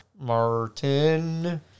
Martin